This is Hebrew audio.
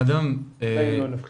אדהם,